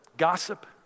gossip